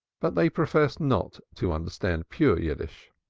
but they professed not to understand pure yiddish.